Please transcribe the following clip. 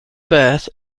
birth